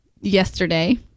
yesterday